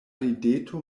rideto